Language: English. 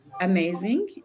amazing